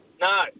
No